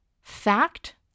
Fact